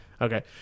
Okay